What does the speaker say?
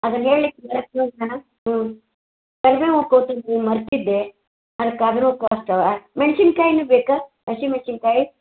ಅದನ್ನು ಹೇಳಿಕ್ಕೆ ಹ್ಞೂ ಕರಿಬೇವು ಕೊತ್ತಂಬ್ರಿ ಮರೆತಿದ್ದೆ ಅದಕ್ಕಾದ್ರು ಅಷ್ಟಾಗ್ತಾವೆ ಮೆಣಸಿನ್ಕಾಯಿನೂ ಬೇಕು ಹಸಿಮೆಣಸಿನ್ಕಾಯಿ